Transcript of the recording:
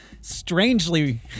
strangely